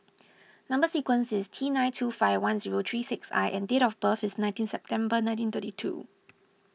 Number Sequence is T nine two five one zero three six I and date of birth is nineteen September nineteen thirty two